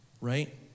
right